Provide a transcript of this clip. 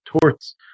torts